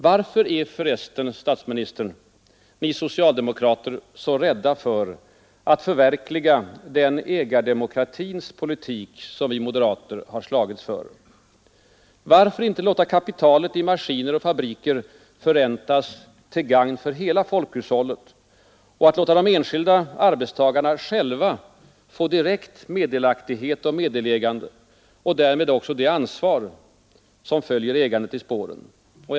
Varför är för resten, herr statsminister, ni socialdemokrater så rädda för att förverkliga den ägardemokratins politik som vi moderater har slagits för? Varför inte låta kapitalet i maskiner och fabriker förräntas till gagn för hela folkhushållet och låta de enskilda arbetstagarna själva få direkt meddelaktighet och meddelägande och därmed också det ansvar som följer ägandet i spåren?